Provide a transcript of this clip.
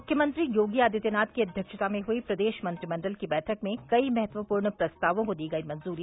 मुख्यमंत्री योगी आदित्यनाथ की अध्यक्षता में हुई प्रदेश मंत्रिमण्डल की बैठक में कई महत्वपूर्ण प्रस्तावों को दी गयी मंजूरी